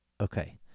Okay